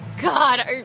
God